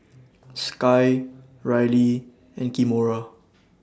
Sky Rylie and Kimora